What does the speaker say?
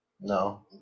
No